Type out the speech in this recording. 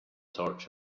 torture